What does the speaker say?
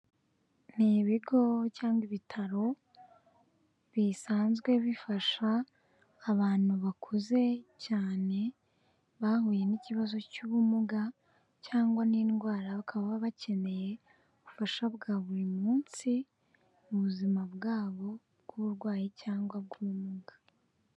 Ni ibigo cyangwa ibitaro, bisanzwe bifasha abantu bakuze cyane, bahuye n'ikibazo cy'ubumuga, cyangwa n'indwara bakaba bakeneye ubufasha bwa buri munsi, mu buzima bw'abo bw'uburwayi cyangwa bw'ubumuga.